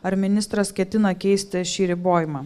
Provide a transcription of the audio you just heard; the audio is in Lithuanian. ar ministras ketina keisti šį ribojimą